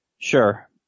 Sure